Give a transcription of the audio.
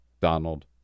Donald